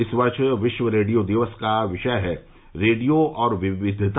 इस वर्ष विश्व रेडियो दिवस का विषय है रेडिया और विविधता